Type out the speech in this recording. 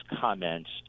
comments